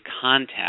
contact